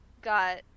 got